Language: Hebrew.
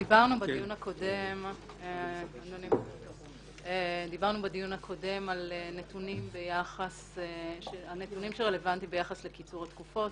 בדיון הקודם דיברנו על נתונים שרלוונטיים ביחס לקיצור התקופות,